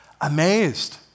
amazed